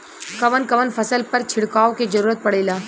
कवन कवन फसल पर छिड़काव के जरूरत पड़ेला?